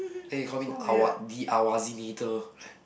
then he call me awa~ the Awazinator